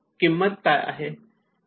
किंमत काय आहे